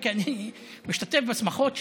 כי אני משתתף בשמחות שם.